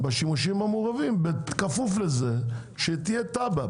בשימושים המעורבים, בכפוף לזה שבינתיים תהיה תב"ע.